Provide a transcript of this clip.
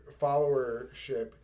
followership